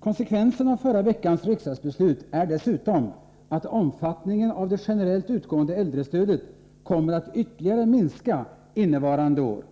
Konsekvensen av förra veckans riksdagsbeslut är dessutom att omfattningen av det generellt utgående äldrestödet kommer att ytterligare minska innevarande år.